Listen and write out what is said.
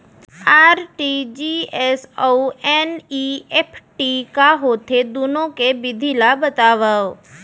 RTGS अऊ NEFT का होथे, दुनो के विधि ला बतावव